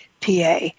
PA